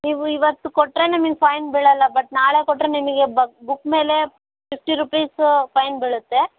ನೀವು ಇವತ್ತು ಕೊಟ್ಟರೆ ನಿಮಗೆ ಫೈನ್ ಬೀಳೋಲ್ಲ ಬಟ್ ನಾಳೆ ಕೊಟ್ಟರೆ ನಿಮಗೆ ಬುಕ್ ಮೇಲೆ ಫಿಫ್ಟಿ ರುಪೀಸು ಫೈನ್ ಬೀಳುತ್ತೆ